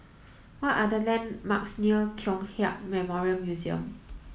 what are the landmarks near Kong Hiap Memorial Museum